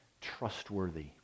trustworthy